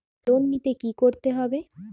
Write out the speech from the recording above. Loan নিতে কী করতে হবে?